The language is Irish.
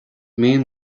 mian